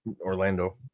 Orlando